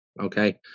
okay